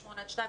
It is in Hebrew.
מ-8:00 עד 2:00,